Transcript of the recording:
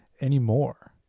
anymore